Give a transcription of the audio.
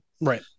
Right